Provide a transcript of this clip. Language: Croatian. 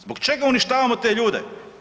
Zbog čega uništavamo te ljude?